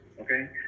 okay